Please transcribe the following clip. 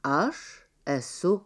aš esu